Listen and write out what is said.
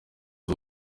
ubu